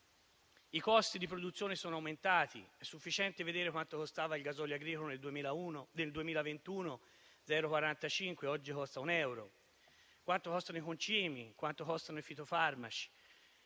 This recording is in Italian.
I costi di produzione sono aumentati ed è sufficiente vedere quanto costava il gasolio agricolo nel 2021 (0,45 euro, mentre oggi costa un euro); quanto costano i concimi; quanto costano i fitofarmaci;